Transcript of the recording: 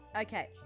Okay